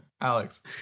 Alex